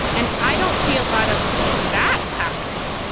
and i don't see a lot of that happening.